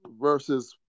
versus